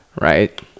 Right